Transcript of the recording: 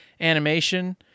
animation